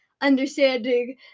understanding